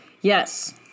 Yes